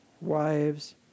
wives